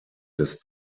des